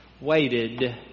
waited